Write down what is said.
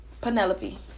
Penelope